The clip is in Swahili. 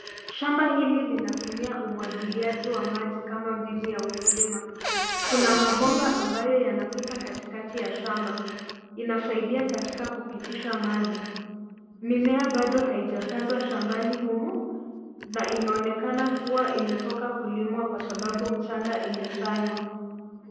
Shamba hili linatumia umwagiliaji wa maji kama mbinu ya ukulima. Kuna mabomba ambayo yanapita katikati ya shamba. Inasaidia katika kupitisha maji. Mimea baado haijapandwa shambani humu na inaonekana kuwa imetoka kulimwa kwasababu mchanga imesanywa.